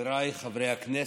חבריי חברי הכנסת,